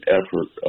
effort